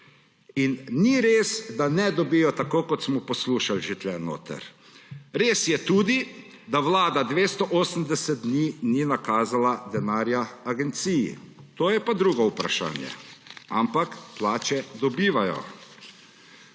In ni res, da ne dobijo, tako kot smo poslušali že tu notri. Res je tudi, da vlada 280 dni ni nakazala denarja agenciji. To je pa drugo vprašanje, ampak plače dobivajo.